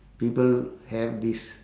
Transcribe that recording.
people have this